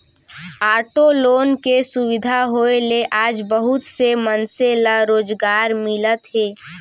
auto loan के सुबिधा होए ले आज बहुत से मनसे ल रोजगार मिलत हे